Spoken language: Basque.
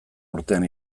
urtean